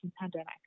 pandemic